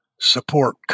support